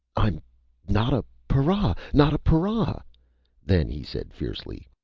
i'm not a para! not. a para then he said fiercely.